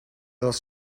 dels